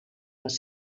les